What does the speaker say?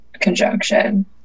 conjunction